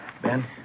Ben